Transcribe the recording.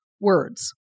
words